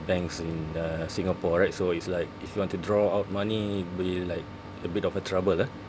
banks in uh Singapore right so it's like if you want to draw out money be like a bit of a trouble ah